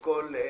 כל מקום.